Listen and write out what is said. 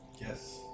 Yes